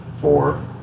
four